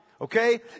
Okay